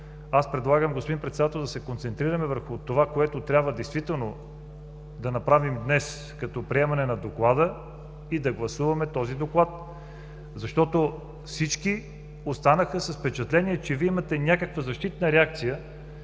Предлагам, господин Председател, да се концентрираме върху това, което трябва действително да направим днес, като приемане и гласуване на Доклада. Защото всички останаха с впечатление, че Вие имате някаква защитна реакция,